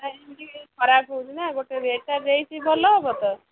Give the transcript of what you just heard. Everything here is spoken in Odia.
ତା'ର ବି ଟିକେ ଖରାପ ହେଉଛି ନା ଗୋଟାଏ ଏଇଟା ଦେଇଛି ଭଲ ହେବ ତ